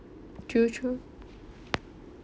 true true